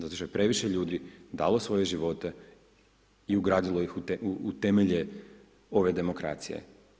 Zato što je previše ljudi dalo svoje živote i ugradilo ih u temelje ove demokracije.